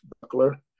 buckler